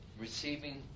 receiving